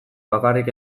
bakarrik